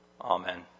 Amen